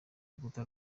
rukuta